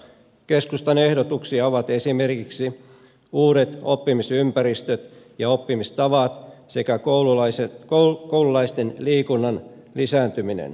keskustan ehdotuksia ovat esimerkiksi uudet oppimisympäristöt ja oppimistavat sekä koululaisten liikunnan lisääntyminen